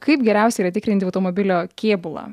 kaip geriausia yra tikrinti automobilio kėbulą